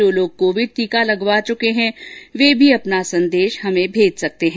जो लोग कोविड टीका लगवा चुके हैं ये भी अपना संदेश भेज सकते हैं